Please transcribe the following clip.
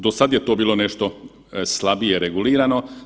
Do sada je to bilo nešto slabije regulirano.